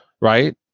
right